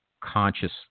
conscious